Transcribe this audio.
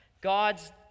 God's